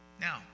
Now